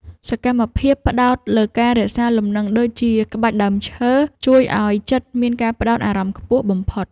សកម្មភាពផ្ដោតលើការរក្សាលំនឹង ដូចជាក្បាច់ដើមឈើ ជួយឱ្យចិត្តមានការផ្ដោតអារម្មណ៍ខ្ពស់បំផុត។